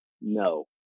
No